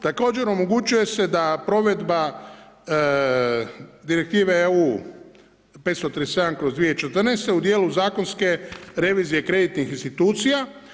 Također omogućuje se da provedba Direktive EU 537/2014 u dijelu zakonske revizije kreditnih institucija.